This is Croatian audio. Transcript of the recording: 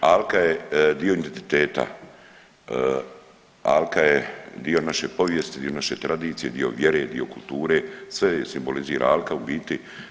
Alka je dio identiteta, Alka je dio naše povijesti, dio naše tradicije, dio vjere, dio kulture, sve simbolizira Alka u biti.